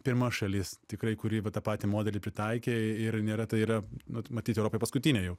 pirma šalis tikrai kuri va tą patį modelį pritaikė ir nėra tai yra nu matyt europoj paskutinė